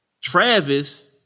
Travis